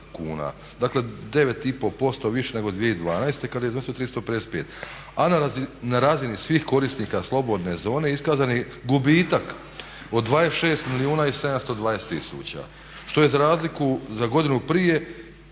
Dakle, 9,5% više nego 2012. kada je iznosio 355, a na razini svih korisnika slobodne zone iskazani gubitak od 26 milijuna i 720 tisuća što je za razliku za godinu prije